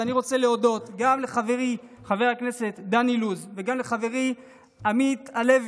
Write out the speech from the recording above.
אני רוצה להודות גם לחברי חבר הכנסת דן אילוז וגם לחברי עמית הלוי,